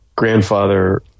Grandfather